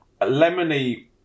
Lemony